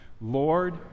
Lord